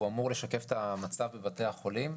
אנחנו לא מכירים את כל מה שנאמר בתוך הדיונים האלה.